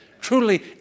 Truly